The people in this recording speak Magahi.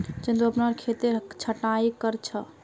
चंदू अपनार खेतेर छटायी कर छ